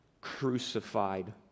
crucified